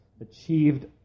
achieved